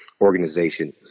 Organization